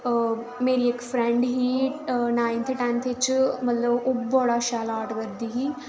मेरी इक फ्रैंड ही नाईन्थ टैंथ च ओह् बड़ा शैल आर्ट करदी ही